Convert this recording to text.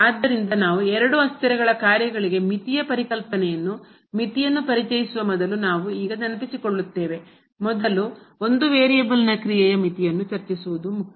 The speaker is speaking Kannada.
ಆದ್ದರಿಂದ ನಾವು ಎರಡು ಅಸ್ಥಿರಗಳ ಕಾರ್ಯಗಳಿಗೆ ಮಿತಿಯ ಪರಿಕಲ್ಪನೆಯನ್ನು ಮಿತಿಯನ್ನು ಪರಿಚಯಿಸುವ ಮೊದಲು ನಾವು ಈಗ ನೆನಪಿಸಿಕೊಳ್ಳುತ್ತೇವೆ ಮೊದಲು ಒಂದು ವೇರಿಯೇಬಲ್ನ ಕ್ರಿಯೆಯ ಮಿತಿಯನ್ನು ಚರ್ಚಿಸುವುದು ಮುಖ್ಯ